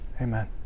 Amen